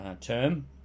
term